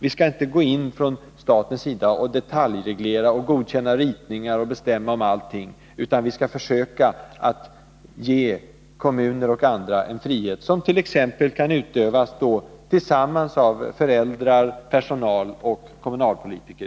Vi skall inte gå in från statens sida och detaljreglera, godkänna ritningar och bestämma om allting, utan vi skall försöka ge kommuner och andra en frihet, som t.ex. kan utövas tillsammans av föräldrar, personal och i detta fall kommunalpolitiker.